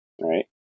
right